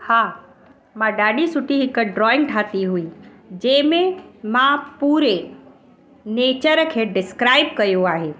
हा मां ॾाढी सुठी हिकु ड्रॉइंग ठाही हुई जंहिंमें मां पूरे नेचर खे डिस्क्राइब कयो आहे